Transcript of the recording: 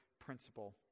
principle